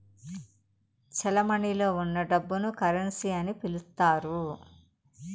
చెలమణిలో ఉన్న డబ్బును కరెన్సీ అని పిలుత్తారు